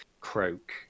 croak